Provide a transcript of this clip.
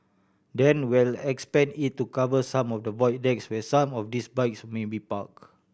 then we'll expand it to cover some of the void decks where some of these bikes may be park